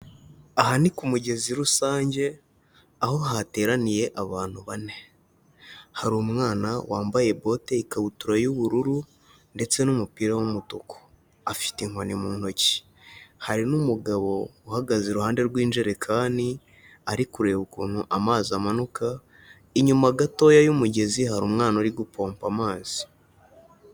Aha ni ku mugezi rusange, aho hateraniye abantu bane. Hari umwana wambaye bote, ikabutura y'ubururu ndetse n'umupira w'umutuku. Afite inkoni mu ntoki. Hari n'umugabo uhagaze iruhande rw'injerekani ari kureba ukuntu amazi amanuka, inyuma gatoya y'umugezi hari umwana uri gupompa amazi.